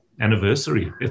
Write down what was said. anniversary